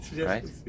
Right